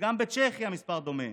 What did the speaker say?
וגם בצ'כיה המספר דומה.